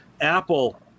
Apple